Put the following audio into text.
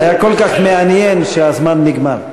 היה כל כך מעניין שהזמן נגמר.